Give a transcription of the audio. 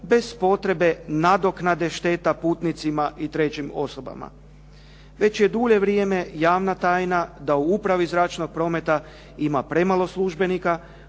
bez potrebe nadoknade šteta putnicima i trećim osobama. Već je dulje vrijeme javna tajna da u upravi zračnog prometa ima premalo službenika